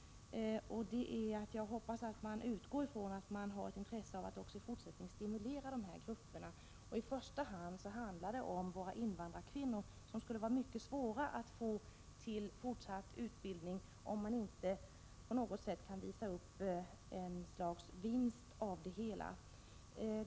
Jag hoppas att man utgår från och har ett intresse av att i fortsättningen stimulera dessa grupper. I första hand handlar det om invandrarkvinnorna, som skulle vara mycket svåra att få till fortsatt utbildning om man inte på något sätt kan visa upp en ”vinst” av det hela.